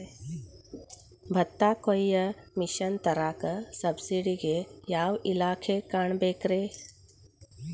ಭತ್ತ ಕೊಯ್ಯ ಮಿಷನ್ ತರಾಕ ಸಬ್ಸಿಡಿಗೆ ಯಾವ ಇಲಾಖೆ ಕಾಣಬೇಕ್ರೇ?